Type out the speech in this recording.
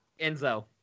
Enzo